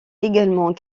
également